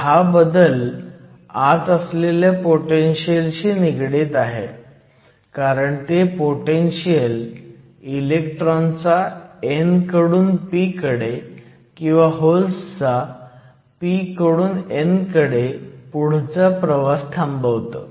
तर हा बदल आत असलेल्या पोटेनशीयल शी निगडित आहे कारण ते पोटेनशीयल इलेक्ट्रॉनचा n कडून p कडे किंवा होल्सचा p कडून n कडे पुढचा प्रवास थांबवतं